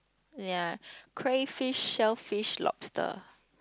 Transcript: ya crave fish shellfish lobster